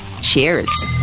Cheers